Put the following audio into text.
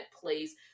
place